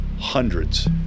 hundreds